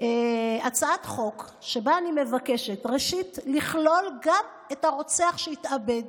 הצעת חוק שבה אני מבקשת ראשית לכלול גם את הרוצח שהתאבד